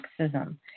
sexism